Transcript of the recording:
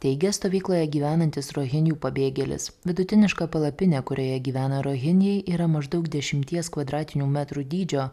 teigia stovykloje gyvenantys rohenijų pabėgėlis vidutiniška palapinė kurioje gyvena rohenijai yra maždaug dešimties kvadratinių metrų dydžio